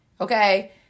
Okay